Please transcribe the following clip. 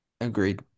Agreed